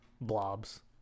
Blobs